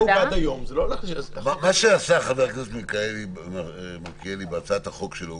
מה עשה חבר הכנסת מלכיאלי בהצעת החוק שלו?